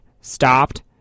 stopped